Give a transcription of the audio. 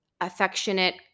affectionate